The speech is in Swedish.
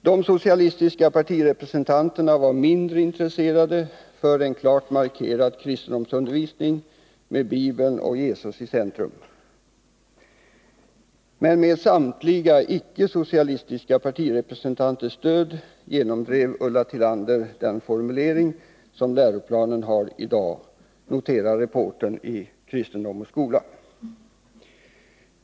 De socialistiska partirepresentanterna var mindre intresserade för en klart markerad kristendomsundervisning med Bibeln och Jesus i centrum, men med samtliga icke-socialistiska partirepresentanters stöd genomdrev Ulla Tillander den formulering som läroplanen har i dag, noterar reportern i Kristendom och Skola.